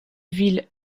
ville